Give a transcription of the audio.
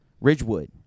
Ridgewood